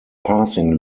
passing